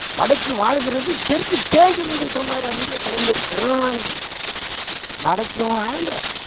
வடக்கு வாழ்கிறது தெற்கு தேய்கிறதுனு சொன்னார் அன்னைக்கே கலைஞர் கருணாநிதி வடக்கும் ஆளலை